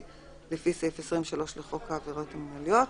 לפי סעיף 23 לחוק העבירות המינהליות.